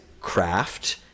craft